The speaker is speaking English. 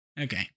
Okay